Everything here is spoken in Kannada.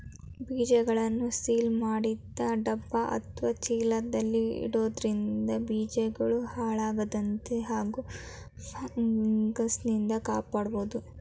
ಬೀಜಗಳನ್ನು ಸೀಲ್ ಮಾಡಿದ ಡಬ್ಬ ಅತ್ವ ಚೀಲದಲ್ಲಿ ಇಡೋದ್ರಿಂದ ಬೀಜಗಳು ಹಾಳಾಗದಂತೆ ಹಾಗೂ ಫಂಗಸ್ನಿಂದ ಕಾಪಾಡ್ಬೋದು